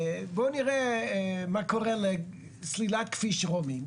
בוא נראה מה קורה לסלילת כביש רומי,